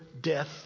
death